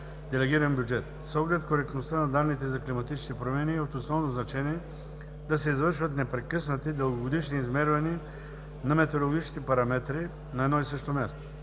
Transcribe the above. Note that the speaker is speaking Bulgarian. делегиран бюджет. С оглед коректността на данните за климатичните промени е от основно значение да се извършват непрекъснати дългогодишни измервания на метеорологичните параметри на едно и също място.